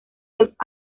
los